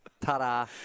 ta-da